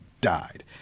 died